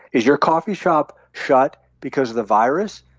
is your coffee shop shut because of the virus,